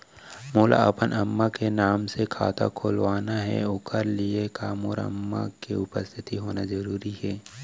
मोला अपन अम्मा के नाम से खाता खोलवाना हे ओखर लिए का मोर अम्मा के उपस्थित होना जरूरी हे?